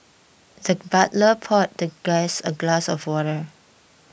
the butler poured the guest a glass of water